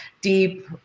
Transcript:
deep